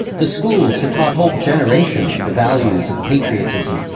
the schools had taught whole generations the values of patriotism,